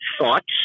thoughts